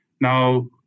Now